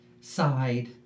side